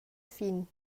fin